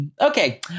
Okay